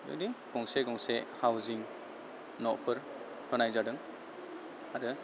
बिदि गंसे गंसे हाउजिं न'फोर होनाय जादों आरो